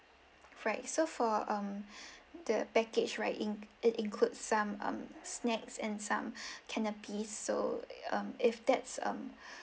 right so for um the package right in~ it include some um snacks and some canape so um if that's um